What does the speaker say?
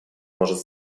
может